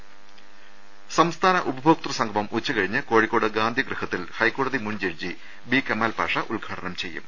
രുട്ട്ട്ട്ട്ട്ട്ട്ട്ട സംസ്ഥാന ഉപഭോക്തൃ സംഗമം ഉച്ചകഴിഞ്ഞ് കോഴിക്കോട് ഗാന്ധിഗൃ ഹത്തിൽ ഹൈക്കോടതി മുൻ ജഡ്ജി ബി കെമാൽപാഷ ഉദ്ഘാടനം ചെയ്യും